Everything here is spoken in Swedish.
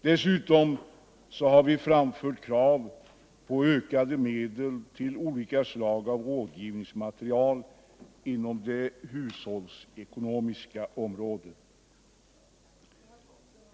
Dessutom har vi framfört krav på ökade medel till olika slag av rådgivningsmaterial inom det hushållsekonomiska området.